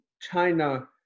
China